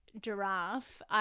giraffe